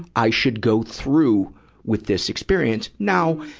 i should go through with this experience. now,